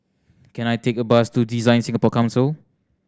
can I take a bus to DesignSingapore Council